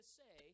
say